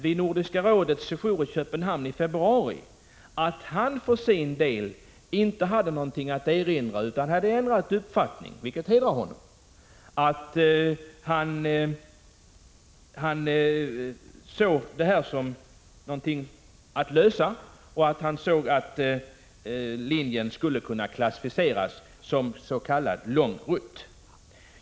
Vid Nordiska rådets session i Köpenhamn i februari uttalade finansministern att han för sin del inte hade något att erinra emot att den här linjen skulle kunna klassificeras som s.k. lång rutt — han såg detta som en lösning och hade ändrat uppfattning, vilket hedrar honom.